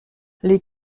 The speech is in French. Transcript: les